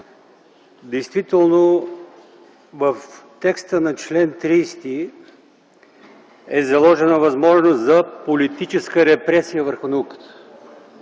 Действително в текста на чл. 30 е заложена възможност за политическа репресия върху науката.